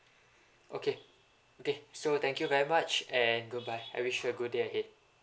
okay okay so thank you very much and goodbye I wish you a good day ahead